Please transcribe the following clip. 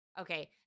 Okay